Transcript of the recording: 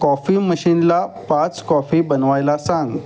coffee मशीनला पाच coffee बनवायला सांग